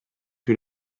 più